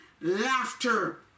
laughter